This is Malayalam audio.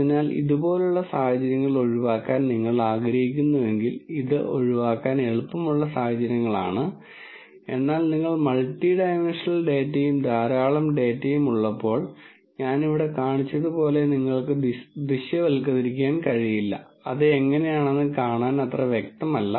അതിനാൽ ഇതുപോലുള്ള സാഹചര്യങ്ങൾ ഒഴിവാക്കാൻ നിങ്ങൾ ആഗ്രഹിക്കുന്നു എങ്കിൽ ഇത് ഒഴിവാക്കാൻ എളുപ്പമുള്ള സാഹചര്യങ്ങളാണ് എന്നാൽ നിങ്ങൾക്ക് മൾട്ടി ഡൈമൻഷണൽ ഡാറ്റയും ധാരാളം ഡാറ്റയും ഉള്ളപ്പോൾ ഞാൻ ഇവിടെ കാണിച്ചത് പോലെ നിങ്ങൾക്ക് ദൃശ്യവത്കരിക്കാൻ കഴിയില്ല അത് എങ്ങനെയെന്ന് കാണാൻ അത്ര വ്യക്തമല്ല